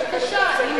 בבקשה.